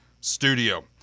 studio